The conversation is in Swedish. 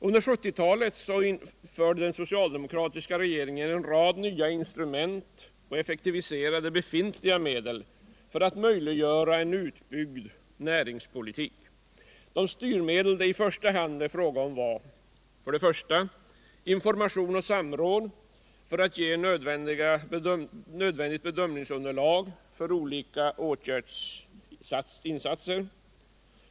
Under 1970-talet införde den socialdemokratiska regeringen en rad nya instrument och effektiviserade befintliga medel för att möjliggöra en utbyggd näringspolitik. De styrmedel som kom i fråga var för det första information och samråd för att ge nödvändigt bedömningsunderlag för olika åtgärder.